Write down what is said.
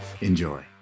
Enjoy